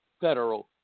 federal